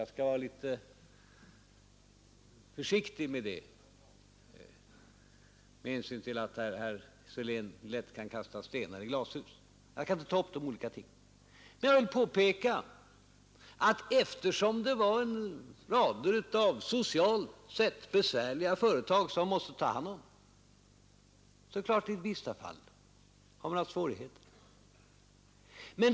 Jag skall vara litet försiktig med det med hänsyn till att herr Helén lätt kan kasta stenar i glashus, och jag skall inte gå in på de olika fallen. Men jag vill påpeka att eftersom vi måste ta hand om rader av socialt sett besvärliga företag uppkommer det naturligtvis i vissa fall svårigheter.